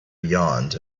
yawned